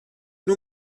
nur